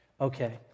Okay